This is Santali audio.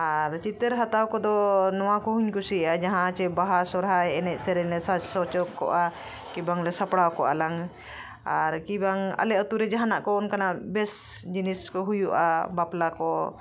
ᱟᱨ ᱪᱤᱛᱟᱹᱨ ᱦᱟᱛᱟᱣ ᱠᱚᱫᱚ ᱱᱚᱣᱟ ᱠᱚᱦᱚᱸᱧ ᱠᱩᱥᱤᱭᱟᱜᱼᱟ ᱡᱟᱦᱟᱸ ᱥᱮ ᱵᱟᱦᱟ ᱥᱚᱦᱨᱟᱭ ᱮᱱᱮᱡ ᱥᱮᱨᱮᱧ ᱞᱮ ᱥᱟᱡᱽ ᱥᱚᱪᱚᱠᱚᱜᱼᱟ ᱠᱤ ᱵᱟᱝᱞᱮ ᱥᱟᱯᱲᱟᱣ ᱠᱚᱜᱼᱟ ᱞᱟᱝ ᱟᱨ ᱠᱤᱵᱟᱝ ᱟᱞᱮ ᱟᱹᱛᱩᱨᱮ ᱡᱟᱦᱟᱱᱟᱜ ᱠᱚ ᱚᱱᱠᱟᱱᱟᱜ ᱵᱮᱥ ᱡᱤᱱᱤᱥ ᱠᱚ ᱦᱩᱭᱩᱜᱼᱟ ᱵᱟᱯᱞᱟᱠᱚ